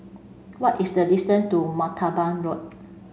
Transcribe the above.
what is the distance to Martaban Road